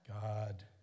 God